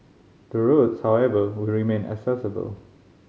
the roads however will remain accessible